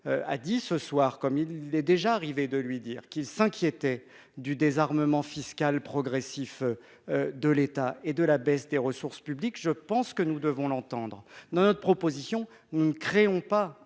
dit ce soir, comme il lui était déjà arrivé de le faire, qu'il s'inquiétait du désarmement fiscal progressif de l'État et de la baisse des ressources publiques, nous devons, me semble-t-il, l'entendre. Avec notre proposition, nous ne créons pas